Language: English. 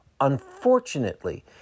Unfortunately